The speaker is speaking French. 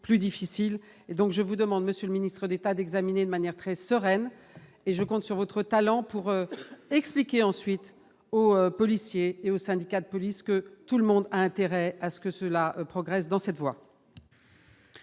plus difficiles et donc, je vous demande, monsieur le ministre d'état d'examiner de manière très sereine et je compte sur votre talent pour expliquer ensuite aux policiers et aux syndicats de police que tout le monde a intérêt à ce que cela progresse dans cette voie.